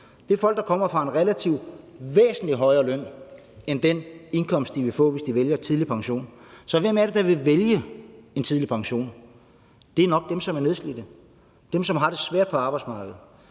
er folk, der kommer fra en relativt højere løn end den indkomst, de vil få, hvis de vælger tidlig pension. Så hvem er det, der vil vælge en tidlig pension? Det er nok dem, som er nedslidte; dem, som har det svært på arbejdsmarkedet;